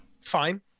fine